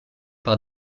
par